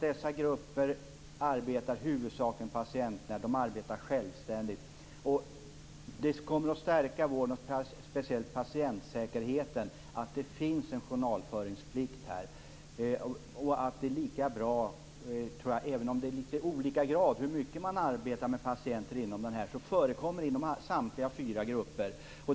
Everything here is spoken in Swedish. Dessa grupper arbetar i huvudsak med patienterna och de arbetar självständigt. Det skulle stärka främst patientsäkerheten om det fanns en journalföringsplikt. Även om det är olika hur mycket man arbetar med patienterna förekommer det patientarbete i alla fyra grupperna.